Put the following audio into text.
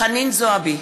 חנין זועבי,